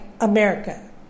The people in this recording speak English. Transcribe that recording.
America